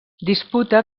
disputa